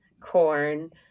corn